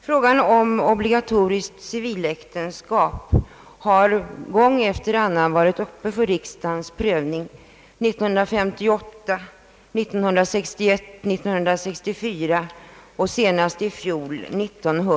Frågan om obligatoriskt civiläktenskap har gång efter annan varit uppe för riksdagens prövning — 1958, 1961, 1964 och senast i fjol.